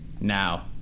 Now